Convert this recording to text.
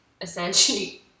essentially